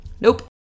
nope